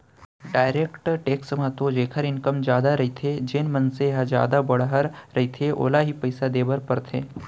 direct tax म तो जेखर इनकम जादा रहिथे जेन मनसे ह जादा बड़हर रहिथे ओला ही पइसा देय बर परथे